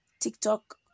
TikTok